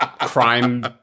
crime